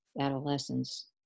adolescence